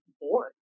bored